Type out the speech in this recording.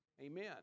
Amen